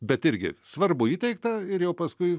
bet irgi svarbu įteikta ir jau paskui